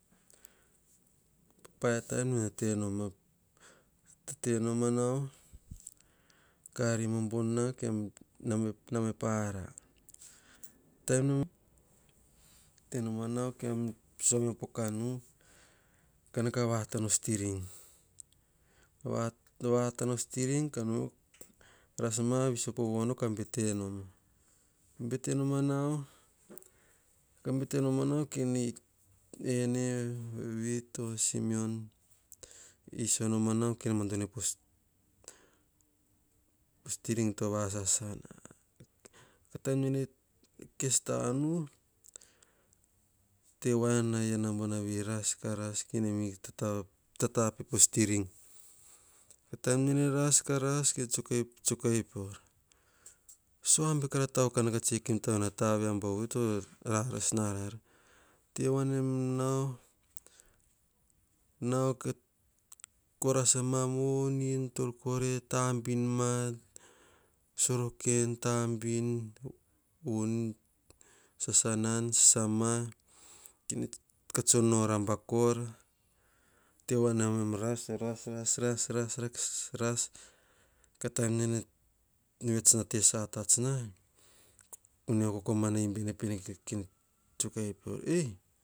Paia toim nemam nao ari bobobon na kemam na me pa ara tete noma nao kemam suame po kanu, ka vatana o strin vata na o strin ka ras ma viso povono ka bete noma bete nomma nao ene vito simeon iso noma nao kene mado ei po strin to ya sasa na taim nene kes tanu tevoa navi na iana buanavi ras ka ras, kene mi tata pip o strin. Taim nene raskaras kene tsoe kai pior sua abe kara tao okanu tse kim tave nao, taba viabau vi to rasras ra rara, tevoa vine nem nao, nao ko ras anam voni en tor kore tabin ma soroke voni sasanan, sasama ka tsiono rabakora tevoanavi nemam ras, ras, ras ka ras, ras taim nene vets a tes, to atsot na omio komana imbi pene, tsoe kai peor, "ei" kain tabai vaivi to atats voa nama veni, taim buanavi nene anabu ka ke kurut enu postrin. ttoim nemam rusma kene tao suturam ka kes saka gusa nao, ka vets pa big bukuru rakasa ko toim nemam ras ab abe taim nemam rasma, buko tsiniv rakas to rasma, taim nemam rasras noma noma ras abe amam taunimo ti to ras abe nemam tana po big. Hurit rakaso ka ras abe taim nemam ras nao vasana po naono ko pats bete geve na ko sana ene en gena ap bete gene ena tevoanaa ne mom va ove anaba, kor koma ka op ta tanubunubu ne toe kau pior bom a mutsmuts tomubunub tsara mutsmuts, tamubunubu mutsmuts korame terame tevoa nemam mutsmuts mutsmuts pa eseve, varora noma nabana, to noma ka deva sok ta ko kav tank. Meo taim nemam tenoma en toro nemam vatsoe vakavoem mono kamvui tsemam nao pa garas gaga ras nomano ka vets aseme pa kaovo vonom to anana anan naana kemam va kau pipi, vana vano vana vana buar po pokat, kava kakao pipi toim buanavi nor pe op upas korain po big vonom nemam rasabe ka taim nemam viso, ka tsoe keame po ubam visem, ka ma esve kara mutsmuts ari tauravina to potsinivi, sua vot sasa mema, noma vatana nabana, noma ta vasok ta dede nas ka am kora betere panemam vuts pa bon